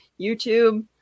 youtube